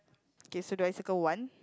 K so do I circle one